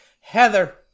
Heather